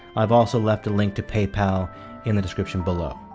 i've also left a link to pay pal in the description below.